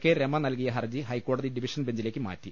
K Rama നൽകിയ ഹർജി ഹൈക്കോടതി ഡിവിഷൻ ബെഞ്ചിലേക്ക് മാറ്റി